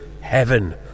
heaven